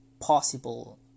possible